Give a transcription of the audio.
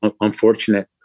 unfortunate